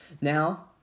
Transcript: now